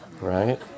right